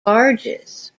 barges